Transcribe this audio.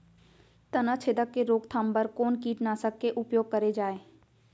तनाछेदक के रोकथाम बर कोन कीटनाशक के उपयोग करे जाये?